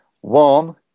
One